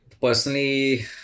personally